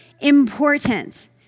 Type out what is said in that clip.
important